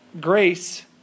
Grace